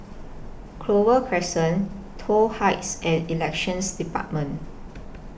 Clover Crescent Toh Heights and Elections department